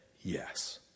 yes